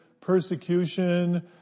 persecution